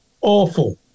awful